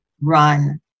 run